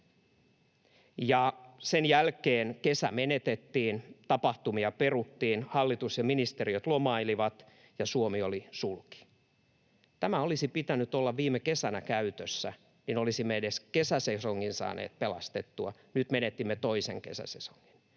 Sen jälkeen kesä menetettiin, tapahtumia peruttiin, hallitus ja ministeriöt lomailivat ja Suomi oli sulki. Tämän olisi pitänyt olla viime kesänä käytössä, jotta olisimme edes kesäsesongin saaneet pelastettua. Nyt menetimme toisen kesäsesongin